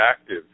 active